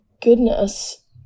goodness